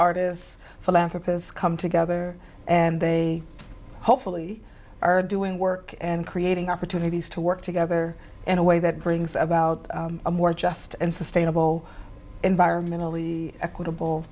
artists philanthropist come together and they hopefully are doing work and creating opportunities to work together and a way that brings about a more just and sustainable environmentally equitable